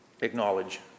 acknowledge